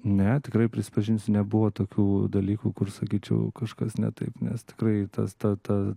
ne tikrai prisipažinsiu nebuvo tokių dalykų kur sakyčiau kažkas ne taip nes tikrai tas ta ta